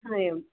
हा एवं